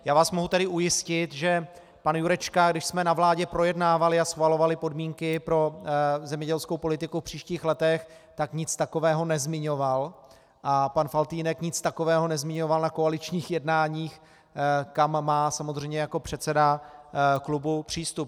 Já vás mohu tedy ujistit, že pan Jurečka, když jsme na vládě projednávali a schvalovali podmínky pro zemědělskou politiku v příštích letech, nic takového nezmiňoval a pan Faltýnek nic takového nezmiňoval na koaličních jednáních, kam má samozřejmě jako předseda klubu přístup.